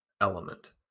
element